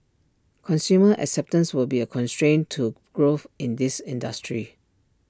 consumer acceptance will be A constraint to growth in this industry